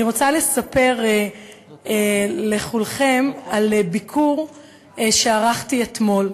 אני רוצה לספר לכולכם על ביקור שערכתי אתמול,